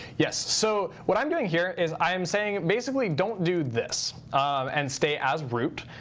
yes. so what i'm doing here is i am saying, basically, don't do this and stay as root.